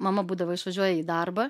mama būdavo išvažiuoja į darbą